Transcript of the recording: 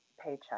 paycheck